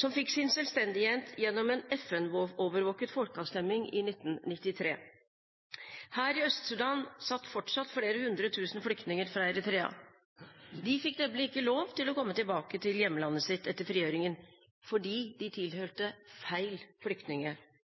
som fikk sin selvstendighet gjennom en FN-overvåket folkeavstemning i 1993. Her i Øst-Sudan satt fortsatt flere hundre tusen flyktninger fra Eritrea. De fikk nemlig ikke lov til å komme tilbake til hjemlandet sitt etter frigjøringen fordi de tilhørte